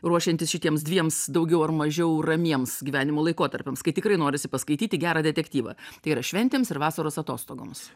ruošiantis šitiems dviems daugiau ar mažiau ramiems gyvenimo laikotarpiams kai tikrai norisi paskaityti gerą detektyvą tai yra šventėms ir vasaros atostogoms